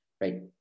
right